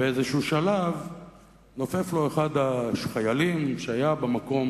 באיזה שלב נופף לו ביד אחד החיילים שהיה במקום,